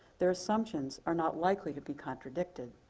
their assumptions are not likely to be contradicted.